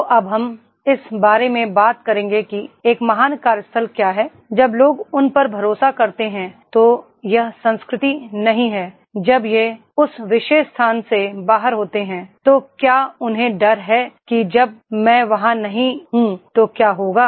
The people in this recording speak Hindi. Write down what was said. तो अब हम इस बारे में बात करेंगे कि एक महान कार्यस्थल क्या है जब लोग उन पर भरोसा करते हैं तो यह संस्कृति नहीं है जब वे उस विशेष स्थान से बाहर होते हैं तो क्या उन्हें डर है कि जब मैं वहां नहीं हूं तो क्या होगा